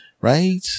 Right